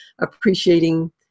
appreciating